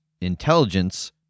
intelligence